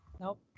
Nope